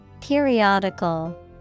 Periodical